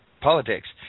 politics